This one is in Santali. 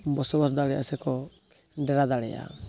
ᱵᱚᱥᱚᱵᱟᱥ ᱫᱟᱲᱮᱭᱟᱜᱼᱟ ᱥᱮᱠᱚ ᱰᱮᱨᱟ ᱫᱟᱲᱮᱭᱟᱜᱼᱟ